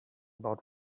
about